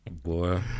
boy